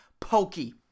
Pokey